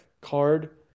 card